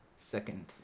Second